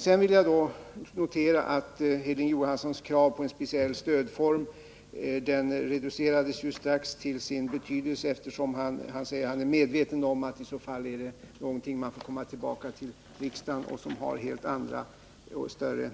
Sedan vill jag då notera att Hilding Johanssons krav på en speciell stödform reducerats i betydelse eftersom han säger att han är medveten om att det är någonting som man får komma tillbaka till riksdagen med och att detta är